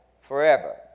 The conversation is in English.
forever